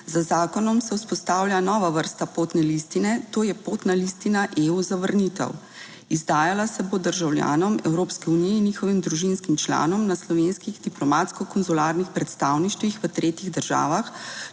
Z zakonom se vzpostavlja nova vrsta potne listine, to je potna listina EU za vrnitev. Izdajala se bo državljanom Evropske unije in njihovim družinskim članom na slovenskih diplomatsko konzularnih predstavništvih v tretjih državah,